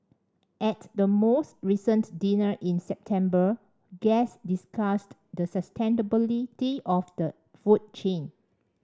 at the most recent dinner in September guests discussed the sustainability of the food chain